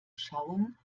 schauen